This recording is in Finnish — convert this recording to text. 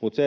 Mutta